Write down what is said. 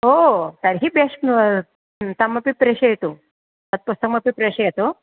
ओह् तर्हि बेश्ट् हं तमपि प्रेषयतु अस्तु तमपि प्रेषयतु